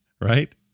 right